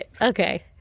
Okay